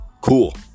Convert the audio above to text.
Cool